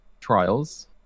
trials